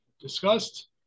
discussed